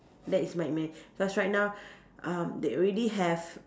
that is my ima~ cause right now um they already have